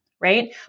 Right